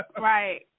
Right